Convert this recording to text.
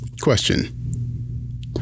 Question